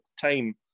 time